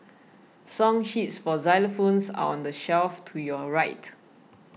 song sheets for xylophones are on the shelf to your right